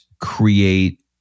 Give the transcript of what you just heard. create